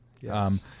yes